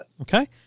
Okay